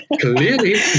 clearly